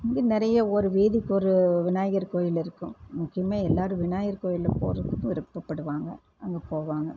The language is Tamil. இங்கே நிறைய ஒரு வீதிக்கு ஒரு விநாயகர் கோயில் இருக்கும் முக்கியமே எல்லாரும் விநாயகர் கோவிலுக்கு போகிறத்துக்கு விருப்பப்படுவாங்க அங்கே போகாமல்